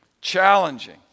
challenging